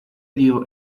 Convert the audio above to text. dio